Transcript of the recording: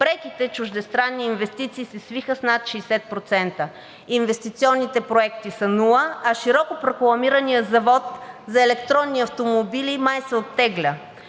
преките чуждестранни инвестиции се свиха с над 60%, инвестиционните проекти са нула, а широко прокламираният Завод за електронни автомобили май се оттегля.